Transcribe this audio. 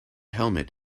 helmet